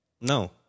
No